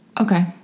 Okay